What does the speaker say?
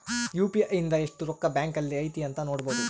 UPI ಇಂದ ಎಸ್ಟ್ ರೊಕ್ಕ ಬ್ಯಾಂಕ್ ಅಲ್ಲಿ ಐತಿ ಅಂತ ನೋಡ್ಬೊಡು